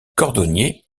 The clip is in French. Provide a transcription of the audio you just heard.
cordonnier